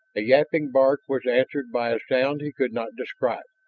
a yapping bark was answered by a sound he could not describe,